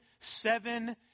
seven